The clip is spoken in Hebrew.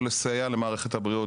שנועדו לסייע למערכת הבריאות,